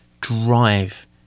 drive